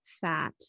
fat